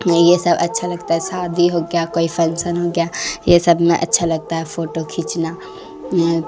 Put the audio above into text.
یہ سب اچھا لگتا ہے شادی ہو گیا کوئی فنکسن ہو گیا یہ سب میں اچھا لگتا ہے فوٹو کھینچنا